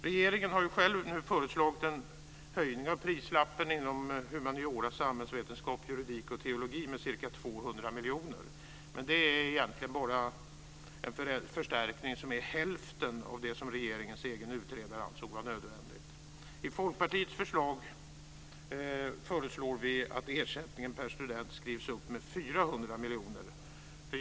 Regeringen har själv föreslagit en höjning av prislappen inom humaniora, samhällsvetenskap, juridik och teologi med ca 200 miljoner, men det är en förstärkning som egentligen bara är hälften av det som regeringens egen utredare ansåg vara nödvändigt. I Folkpartiets förslag föreslår vi att ersättningen per student skrivs upp med 400 miljoner.